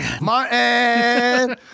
Martin